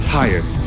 tired